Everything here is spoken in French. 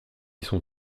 son